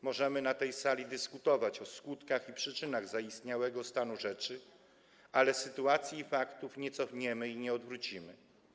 Możemy na tej sali dyskutować o skutkach i przyczynach zaistniałego stanu rzeczy, ale sytuacji i faktów nie cofniemy i nie odwrócimy.